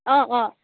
অ' অ'